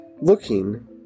looking